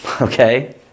Okay